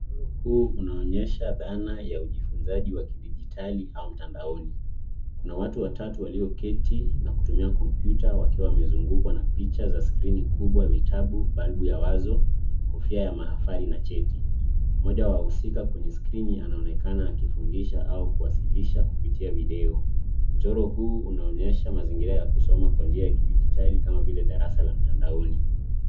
Mchoro huu unaonyesha dhana ya ujifunzaji wa kidijitali au mtandaoni. Kuna watu watatu walioketi na kutumia kompyuta wakiwa wamezungukwa na picha za skrini kubwa ,vitabu, balbu ya wazo ,kofia ya mahafali na cheti. Mmoja wa wahusika kwenye skrini anaonekana akifundisha au kuwasilisha kupitia video mchoro huu unaonyesha mazingira ya kusoma kwa njia ya kidijitali kama vile darasa au mtandaoni.